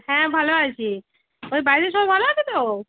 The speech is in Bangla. হ্যাঁ ভালো আছি ওই বাড়িতে সবাই ভালো আছে তো